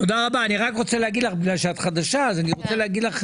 ואנחנו כולנו יודעים תחת מה ההצעה הזאת חותרת ולאן היא רוצה להגיע,